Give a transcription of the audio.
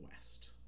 west